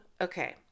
Okay